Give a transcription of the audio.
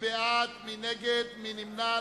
הצעת הסיכום שהביא חבר הכנסת ג'מאל